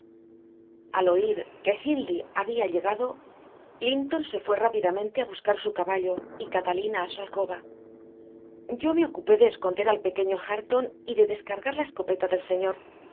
al oír que hindley había llegado linton se fue rápidamente a buscar su caballo y catalina a su alcoba yo me ocupé de esconder al pequeño hareton y de descargar la escopeta del señor